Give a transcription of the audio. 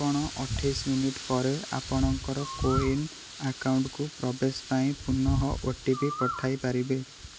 ଆପଣ ଅଠେଇଶି ମିନିଟ୍ ପରେ ଆପଣଙ୍କର କୋୱିନ୍ ଆକାଉଣ୍ଟ୍କୁ ପ୍ରବେଶ ପାଇଁ ପୁନଃ ଓ ଟି ପି ପଠାଇ ପାରିବେ